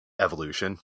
evolution